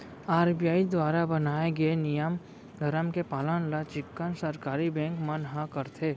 RBI दुवारा बनाए गे नियम धरम के पालन ल चिक्कन सरकारी बेंक मन ह करथे